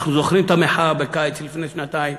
אנחנו זוכרים את המחאה בקיץ לפני שנתיים.